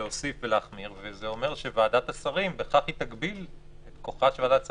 להוסיף ולהחמיר וזה אומר שבכך היא תגביל את כוחה של ועדת השרים.